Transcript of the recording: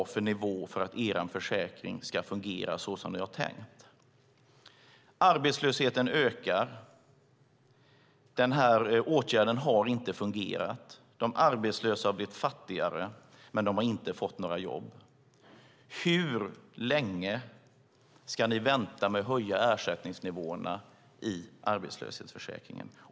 Arbetslösheten ökar. Den här åtgärden har inte fungerat. Hur länge ska ni vänta med att höja ersättningsnivåerna i arbetslöshetsförsäkringen?